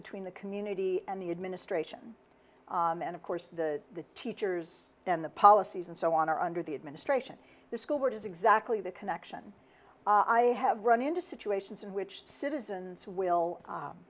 between the community and the administration and of course the teachers and the policies and so on or under the administration the school board is exactly the connection i have run into situations in which citizens will